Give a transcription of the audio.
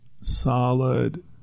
solid